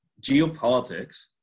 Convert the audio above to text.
geopolitics